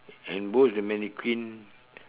and both the mannequin